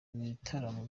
bitaramo